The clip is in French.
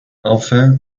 enfin